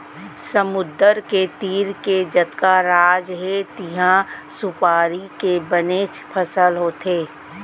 समुद्दर के तीर के जतका राज हे तिहॉं सुपारी के बनेच फसल होथे